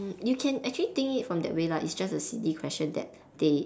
um you can actually think it from that way lah it's just a silly question that they